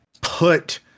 put